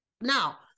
Now